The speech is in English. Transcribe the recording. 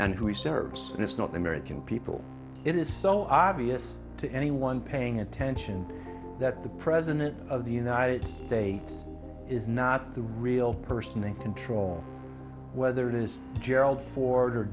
and who he serves and it's not the american people it is so obvious to anyone paying attention that the president of the united states is not the real person in control whether it is gerald for